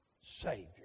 Savior